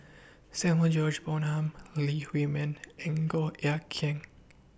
Samuel George Bonham Lee Huei Min and Goh Eck Kheng